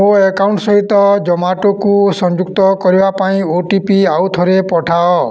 ମୋ ଆକାଉଣ୍ଟ୍ ସହିତ ଜମାଟୋକୁ ସଂଯୁକ୍ତ କରିବା ପାଇଁ ଓ ଟି ପି ଆଉଥରେ ପଠାଅ